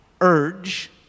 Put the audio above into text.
urge